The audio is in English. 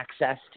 accessed